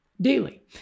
daily